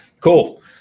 cool